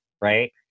right